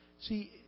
see